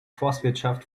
forstwirtschaft